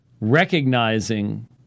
recognizing